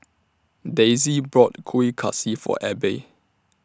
Dayse bought Kueh Kaswi For Abbey